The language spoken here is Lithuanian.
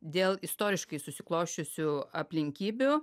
dėl istoriškai susiklosčiusių aplinkybių